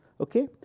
Okay